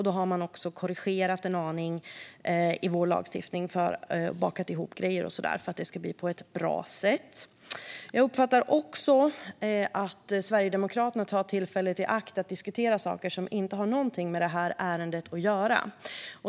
Då har man även korrigerat en aning i vår lagstiftning, bakat ihop grejer och så vidare för att det ska ske på ett bra sätt. Jag uppfattar också att Sverigedemokraterna tar tillfället i akt att diskutera saker som inte har någonting med ärendet att göra.